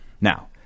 Now